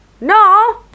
No